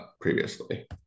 previously